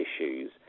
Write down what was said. issues